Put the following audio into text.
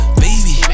baby